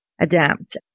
adapt